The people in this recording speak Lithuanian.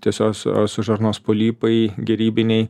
tiesiosios žarnos polipai gerybiniai